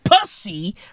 Pussy